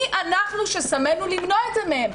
מי אנחנו ששמינו למנוע את זה מהם,